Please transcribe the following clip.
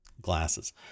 glasses